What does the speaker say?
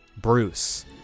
Bruce